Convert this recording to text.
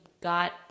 got